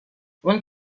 one